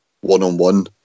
one-on-one